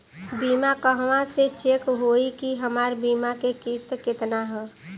बीमा कहवा से चेक होयी की हमार बीमा के किस्त केतना ह?